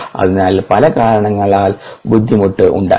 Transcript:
അതിനാൽ പല കാരണങ്ങളാൽ ബുദ്ധിമുട്ട് ഉണ്ടാകാം